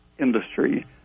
industry